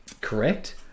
correct